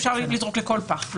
אפשר לזרוק לכל פח,